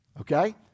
okay